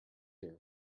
here